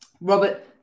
Robert